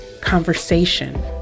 conversation